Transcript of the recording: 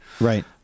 Right